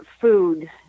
food